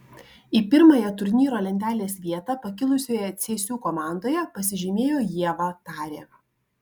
į pirmąją turnyro lentelės vietą pakilusioje cėsių komandoje pasižymėjo ieva tarė